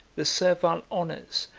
the servile honors,